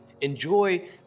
Enjoy